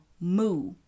moo